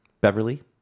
beverly